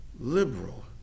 liberal